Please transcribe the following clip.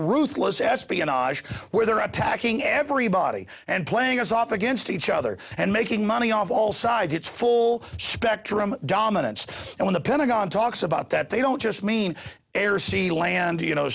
ruthless espionage where they're attacking everybody and playing us off against each other and making money off all sides it's full spectrum dominance and when the pentagon talks about that they don't just mean air sea land you know